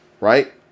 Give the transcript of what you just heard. right